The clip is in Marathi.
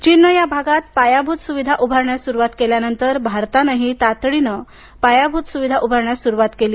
चीनने या भागात पायाभूत सुविधा उभारण्यास सुरुवात केल्यावर भारतानंही तातडीनं पायाभूत सुविधा उभारण्यास सुरुवात केली